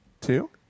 Two